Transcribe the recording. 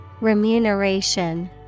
Remuneration